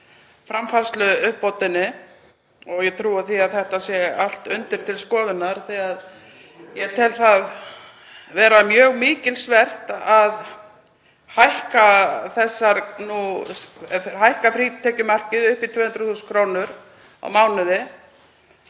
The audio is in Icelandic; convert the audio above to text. framfærsluuppbótinni. Ég trúi því að þetta sé allt undir til skoðunar. Ég tel það vera mjög mikilsvert að hækka frítekjumarkið upp í 200.000 kr. á mánuði